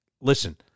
listen